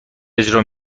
اجرا